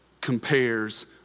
compares